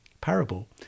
parable